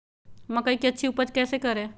मकई की अच्छी उपज कैसे करे?